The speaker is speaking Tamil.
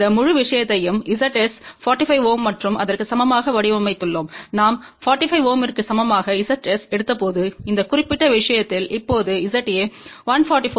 இந்த முழு விஷயத்தையும் Zs45 Ω மற்றும் அதற்கு சமமாகவடிவமைத்துள்ளோம் நாம்45Ω ற்கு சமமாகZsஎடுத்தபோது இந்த குறிப்பிட்ட விஷயத்தில் இப்போது Za144 Ω மற்றும் Zb97